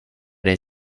dig